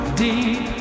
deep